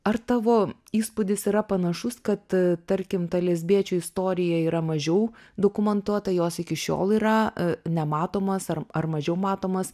ar tavo įspūdis yra panašus kad tarkim ta lesbiečių istorija yra mažiau dokumentuota jos iki šiol yra a nematomas ar ar mažiau matomas